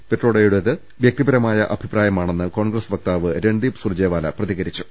പിട്രോഡയുടേത് വൃക്തിപരമായ അഭിപ്രായമാണെന്ന് കോൺഗ്രസ് വക്താവ് രൺദീപ് സുർജെവാല പ്രതികരിച്ചു